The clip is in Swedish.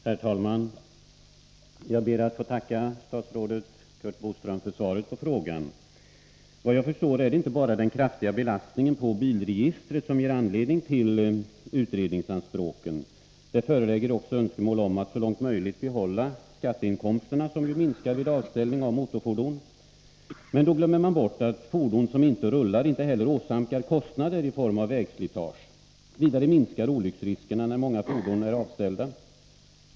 Herr talman! Jag ber att få tacka statsrådet Curt Boström för svaret på frågan. Såvitt jag förstår är det inte bara den kraftiga belastningen på bilregistret som ger anledning till utredningsanspråken. Det föreligger också önskemål om att så långt möjligt behålla skatteinkomsterna, som ju minskar vid avställning av motorfordon. Men då glömmer man bort att fordon som inte rullar inte heller åsamkar kostnader i form av vägslitage. Vidare minskar olycksriskerna när många fordon är avställda.